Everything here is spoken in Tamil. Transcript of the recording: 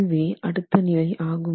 இதுவே அடுத்த நிலை ஆகும்